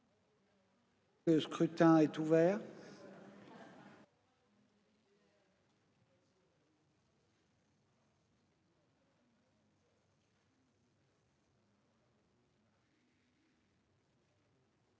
Le scrutin est ouvert.